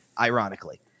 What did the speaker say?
ironically